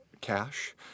cash